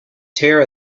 tear